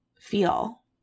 feel